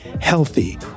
healthy